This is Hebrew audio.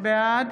בעד